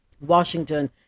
Washington